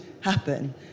happen